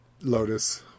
Lotus